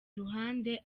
ruhande